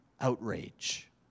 outrage